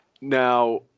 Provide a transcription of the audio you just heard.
now